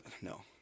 no